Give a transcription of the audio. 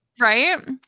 Right